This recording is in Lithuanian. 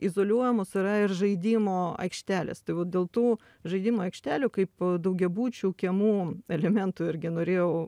izoliuojamos yra ir žaidimo aikštelės tai vat dėl tų žaidimų aikštelių kaip daugiabučių kiemų elementų irgi norėjau